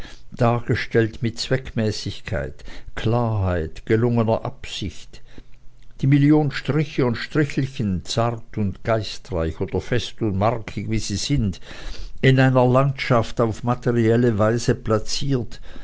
dargestellt mit zweckmäßigkeit klarheit gelungener absicht die million striche und strichelchen zart und geistreich oder fest und markig wie sie sind in einer landschaft auf materielle weise placiert